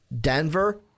Denver